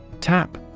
Tap